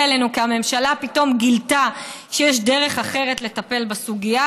אלינו כי הממשלה פתאום גילתה שיש דרך אחרת לטפל בסוגיה,